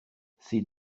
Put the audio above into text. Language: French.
ces